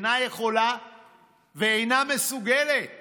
היא אינה יכולה ואינה מסוגלת